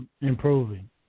improving